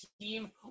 team